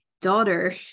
daughter